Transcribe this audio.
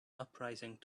uprising